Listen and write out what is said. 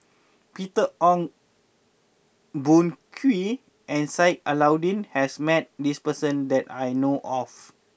Peter Ong Boon Kwee and Sheik Alau'ddin has met this person that I know of